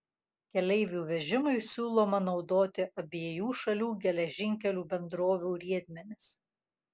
keleivių vežimui siūloma naudoti abiejų šalių geležinkelių bendrovių riedmenis